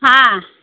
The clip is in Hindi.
हाँ